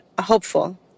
hopeful